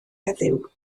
heddiw